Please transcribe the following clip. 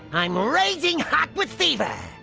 i'm raging hot with fever!